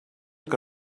que